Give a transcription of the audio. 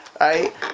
Right